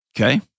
Okay